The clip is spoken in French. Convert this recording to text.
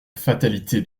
fatalité